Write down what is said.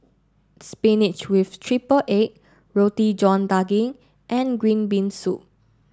Spinach with Triple Egg Roti John Daging and Green Bean Soup